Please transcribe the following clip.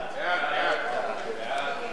הצעת ועדת הכנסת